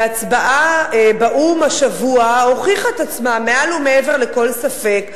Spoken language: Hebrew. וההצבעה באו"ם השבוע הוכיחה את עצמה מעל ומעבר לכל ספק,